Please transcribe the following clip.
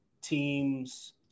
teams